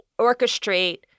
orchestrate